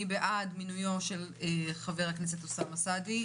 מי בעד מינויו של חבר הכנסת אוסאמה סעדי,